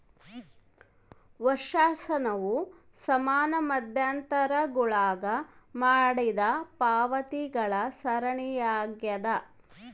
ವರ್ಷಾಶನವು ಸಮಾನ ಮಧ್ಯಂತರಗುಳಾಗ ಮಾಡಿದ ಪಾವತಿಗಳ ಸರಣಿಯಾಗ್ಯದ